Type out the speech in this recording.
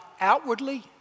outwardly